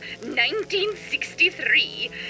1963